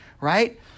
right